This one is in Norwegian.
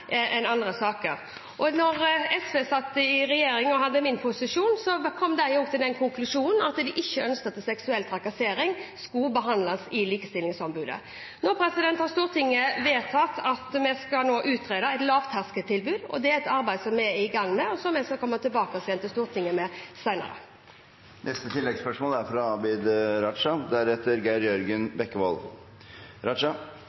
enn andre saker. Da SV satt i regjering og hadde min posisjon, kom de også til konklusjonen at de ikke ønsket at seksuell trakassering skulle behandles av Likestillings- og diskrimineringsnemnda. Nå har Stortinget vedtatt at vi skal utrede et lavterskeltilbud. Det er et arbeid som vi er i gang med, og som vi skal komme tilbake til Stortinget med senere. Abid Q. Raja – til oppfølgingsspørsmål. Det som har kommet fram de siste ukene, er alarmerende. En rekke kvinner, fra